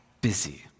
busy